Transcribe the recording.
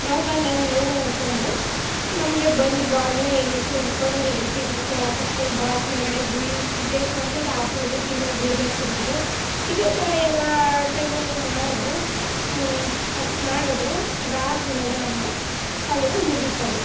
ಥ್ರೋಬಾಲಲ್ಲಿ ಏನು ಅಂತ ಅಂದ್ರೆ ನಮಗೆ ಬಂದು ಬಾಲ್ನ ಎಸಿ ಹಿಡ್ಕೊಂಡು ಎಸಿಬೇಕು ವಾಪಸ್ಸು ಬಾಲ್ ಕೆಳಗಡೆ ಬೀಳ ಬೇಕು ಅಂದರೆ ಅದು ಅಪೊಸಿಟ್ ಟೀಮಲ್ಲಿ ಬೀಳಬೇಕಿರೋದು ಇದೇ ತರ ಎಲ್ಲ ಟೈಮಲ್ಲೂ ಮಾಡಿದ್ರು ಅಷ್ಟು ಮಾಡಿದ್ರು ಅದಾದ್ಮೇಲೆ ನಮಗೆ ಅಲ್ಲಿಗೆ ಮುಗೀತದು